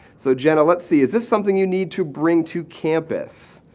so jenna, let's see. is this something you need to bring to campus?